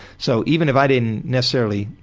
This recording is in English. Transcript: so even if i didn't necessarily,